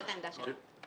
זאת העמדה שלנו.